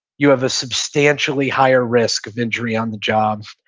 you have a substantially higher risk of injury on the job.